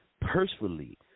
Personally